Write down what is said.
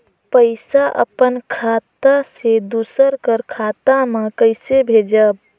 पइसा अपन खाता से दूसर कर खाता म कइसे भेजब?